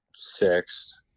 six